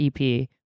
EP